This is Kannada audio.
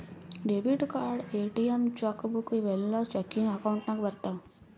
debit card, ATM, cheque book ಇವೂ ಎಲ್ಲಾ ಚೆಕಿಂಗ್ ಅಕೌಂಟ್ ನಾಗ್ ಬರ್ತಾವ್